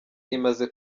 imaze